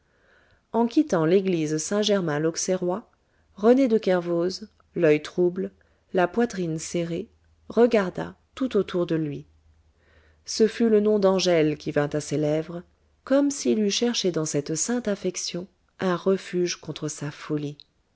en quittant l'église saint germain lauxerrois rené de kervoz l'oeil troublé la poitrine serrée regarda tout autour de lui ce fut le nom d'angèle qui vint à ses lèvres comme s'il eût cherché dans cette sainte affection un refuge contre sa folie